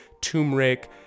turmeric